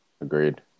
Agreed